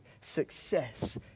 success